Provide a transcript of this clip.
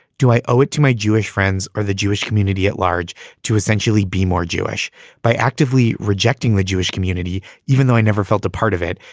do i owe it to my jewish friends or the jewish community at large to essentially be more jewish by actively rejecting the jewish community, even though i never felt a part of it?